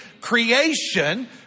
creation